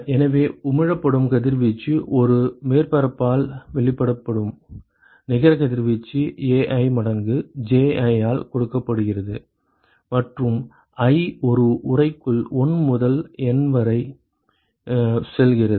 எனவே உமிழப்படும் கதிர்வீச்சு ஒரு மேற்பரப்பால் வெளிப்படும் நிகர கதிர்வீச்சு Ai மடங்கு Ji ஆல் கொடுக்கப்படுகிறது மற்றும் i ஒரு உறைக்குள் 1 முதல் N வரை செல்கிறது